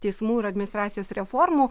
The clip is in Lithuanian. teismų ir administracijos reformų